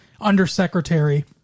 Undersecretary